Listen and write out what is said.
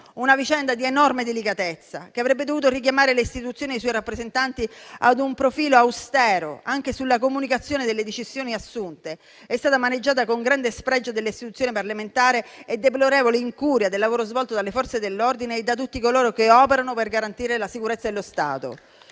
Una vicenda di enorme delicatezza, che avrebbe dovuto richiamare le istituzioni e i suoi rappresentanti ad un profilo austero, anche sulla comunicazione delle decisioni assunte, è stata maneggiata con grande spregio delle istituzioni parlamentari e deplorevole incuria del lavoro svolto dalle Forze dell'ordine e da tutti coloro che operano per garantire la sicurezza dello Stato.